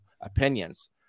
opinions